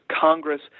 Congress